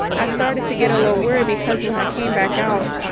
i started to get a little worried because when i came back out,